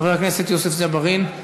חבר הכנסת יוסף ג'בארין,